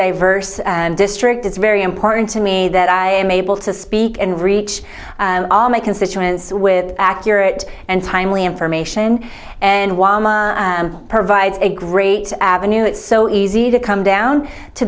diverse district it's very important to me that i am able to speak and reach all my constituents with accurate and timely information and provides a great avenue it's so easy to come down to